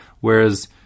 whereas